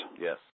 Yes